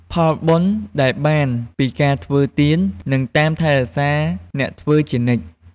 ផលបុណ្យដែលបានពីការធ្វើទាន នឹងតាមថែរក្សាអ្នកធ្វើជានិច្ច។